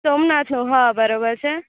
સોમનાથનું હા બરાબર છે